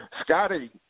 Scotty